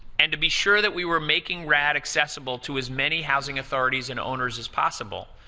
and to be sure that we were making rad accessible to as many housing authorities and owners as possible,